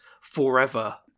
forever